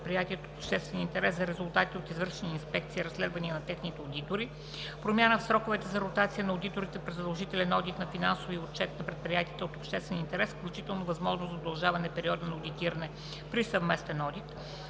предприятията от обществен интерес за резултатите от извършени инспекции и разследвания на техните одитори; - промяна в сроковете за ротация на одиторите при задължителен одит на финансовите отчети на предприятията от обществен интерес, включително възможност за удължаване периода за одитиране при съвместен одит;